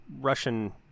russian